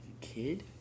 Kid